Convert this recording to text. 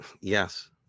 Yes